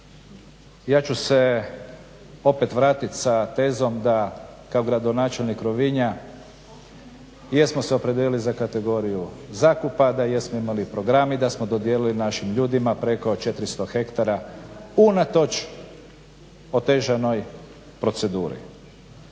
ja ću se opet vratit sa tezom da kao gradonačelnik Rovinja jesmo se opredijelili za kategoriju zakupa, da jesmo imali program i da smo dodijelili našim ljudima preko 400 hektara unatoč otežanoj proceduri.